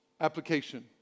application